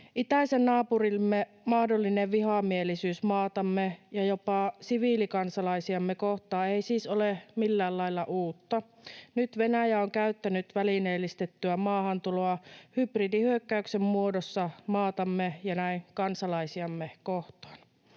Itäisen naapurimme mahdollinen vihamielisyys maatamme ja jopa siviilikansalaisiamme kohtaan ei siis ole millään lailla uutta. Nyt Venäjä on käyttänyt välineellistettyä maahantuloa hybridihyökkäyksen muodossa maatamme ja näin kansalaisiamme kohtaan.